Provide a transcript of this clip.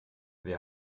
wer